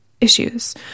issues